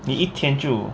你一天就